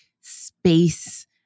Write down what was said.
space